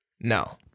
No